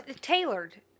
tailored